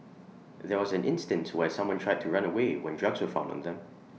there was an instance where someone tried to run away when drugs were found on them